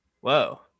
Whoa